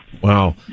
Wow